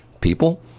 people